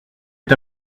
est